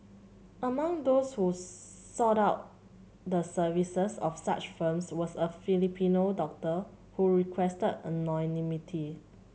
among those who sought out the services of such firms was a Filipino doctor who requested anonymity